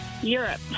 Europe